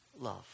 love